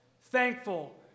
thankful